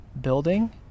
building